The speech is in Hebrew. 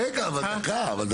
רגע, אבל דקה.